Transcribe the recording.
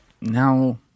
now